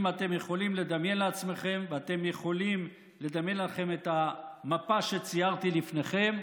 אם אתם יכולים לדמיין לעצמכם את המפה שציירתי לפניכם,